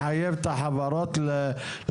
(חברות גבייה), התש"ף-2020,